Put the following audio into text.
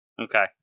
Okay